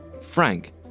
Frank